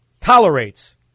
tolerates